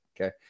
Okay